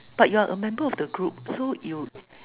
but you are a member of the group so you